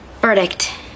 Verdict